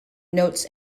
notes